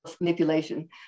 manipulation